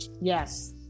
Yes